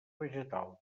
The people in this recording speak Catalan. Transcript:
vegetal